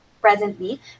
Presently